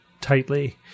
tightly